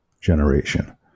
generation